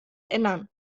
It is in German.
ändern